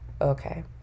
okay